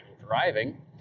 driving